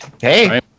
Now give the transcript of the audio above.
hey